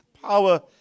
power